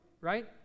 right